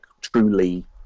truly